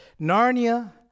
Narnia